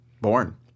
born